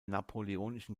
napoleonischen